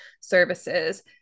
services